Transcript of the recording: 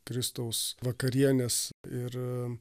kristaus vakarienės ir